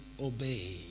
obey